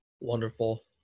Wonderful